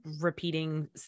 repeating